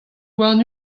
warn